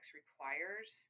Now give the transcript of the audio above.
requires